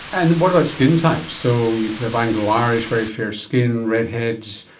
and what about skin types? so you can have anglo irish, very fair skin, redheads,